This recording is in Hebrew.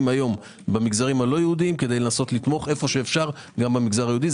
היום במגזרים הלא יהודיים כדי לנסות לתמוך איפה שאפשר גם במגזר היהודי.